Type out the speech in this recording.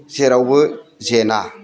जेरावबो जेना